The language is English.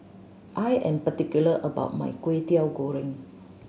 I am particular about my Kwetiau Goreng